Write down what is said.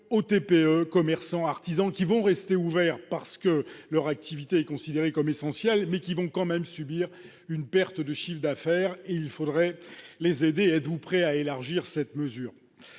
aux TPE, commerçants et artisans qui vont rester ouverts parce que leur activité est considérée comme essentielle, mais qui subiront tout de même une perte de chiffre d'affaires. Il faudrait les aider : êtes-vous prêt à agir en ce